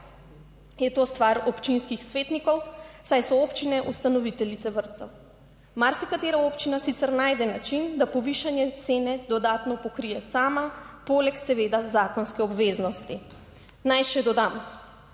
je to stvar občinskih svetnikov, saj so občine ustanoviteljice vrtcev. Marsikatera občina sicer najde način, da povišanje cene dodatno pokrije sama, poleg seveda zakonske obveznosti. Naj še dodam.